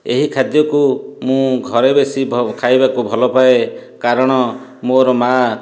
ଏହି ଖାଦ୍ୟକୁ ମୁଁ ଘରେ ବେଶୀ ଖାଇବାକୁ ଭଲ ପାଏ କାରଣ ମୋର ମା